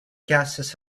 gases